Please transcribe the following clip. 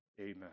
Amen